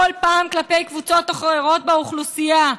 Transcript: כל פעם כלפי קבוצות אחרות באוכלוסייה.